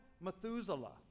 Methuselah